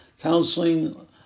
counseling